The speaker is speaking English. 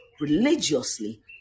Religiously